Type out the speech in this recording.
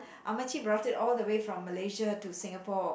Ammachi brought it all the way from Malaysia to Singapore